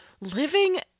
Living